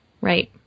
right